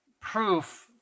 proof